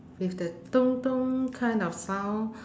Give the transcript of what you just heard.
with the kind of sound